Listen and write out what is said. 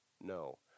no